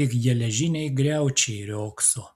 tik geležiniai griaučiai riogso